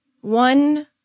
one